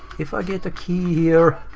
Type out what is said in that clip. if i get a key here.